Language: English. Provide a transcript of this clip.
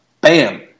Bam